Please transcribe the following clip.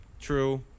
True